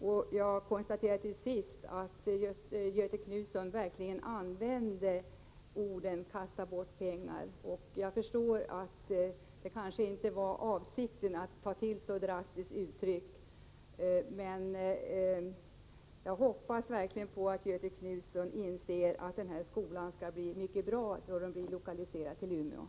Till sist konstaterar jag att Göthe Knutson verkligen använder uttrycket ”kasta bort pengar”. Jag förstår att det kanske inte var avsikten att ta till ett så drastiskt uttryck. Jag hoppas verkligen att Göthe Knutson anser att en lokalisering av denna skola till Umeå skall bli mycket bra.